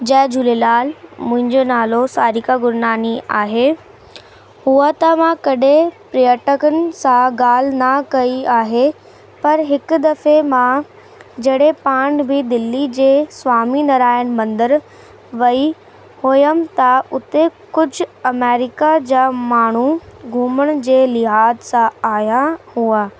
जय झूलेलाल मुंहिंजो नालो सारिका गुरनाणी आहे हूंअ त मां कॾहिं पर्यटकनि सां ॻाल्हि न कई आहे पर हिकु दफ़े मां जॾहिं पाण बि दिल्ली जे स्वामीनरायण मंदरु वई हुयमि त हुते कुझु अमेरिका जा माण्हू घुमण जे लिहाज़ सां आया हुआ